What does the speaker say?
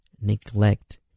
neglect